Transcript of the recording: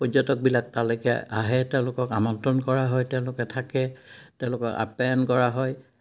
পৰ্যটকবিলাক তালৈকে আহে তেওঁলোকক আমন্ত্ৰণ কৰা হয় তেওঁলোকে থাকে তেওঁলোকক আপ্যায়ন কৰা হয়